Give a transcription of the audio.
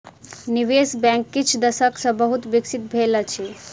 निवेश बैंक किछ दशक सॅ बहुत विकसित भेल अछि